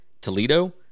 Toledo